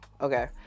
Okay